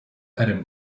adam